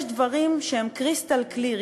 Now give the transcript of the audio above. יש דברים שהם "קריסטל קליר".